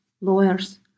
lawyers